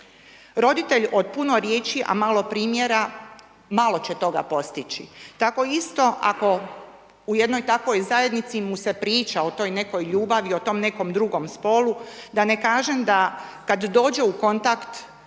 Roditelj od puno riječi, a malo primjera, malo će toga postići. Tako isto, ako u jednoj takvoj zajednici mu se priča o toj nekoj ljubavi, o tom nekom drugom spolu, da ne kažem da kad dođe u kontakt